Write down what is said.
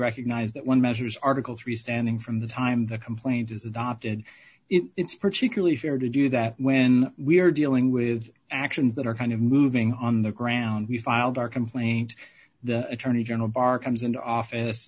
recognize that when measures article three standing from the time the complaint is adopted it's particularly fair to do that when we are dealing with actions that are kind of moving on the ground we filed our complaint the attorney general are comes into office